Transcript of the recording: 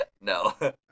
no